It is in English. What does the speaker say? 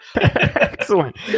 Excellent